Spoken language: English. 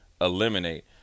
eliminate